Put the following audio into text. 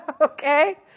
Okay